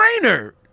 trainer